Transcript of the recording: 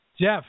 Jeff